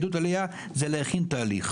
עידוד עלייה זה להכין תהליך,